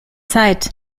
zeit